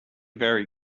very